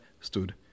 stood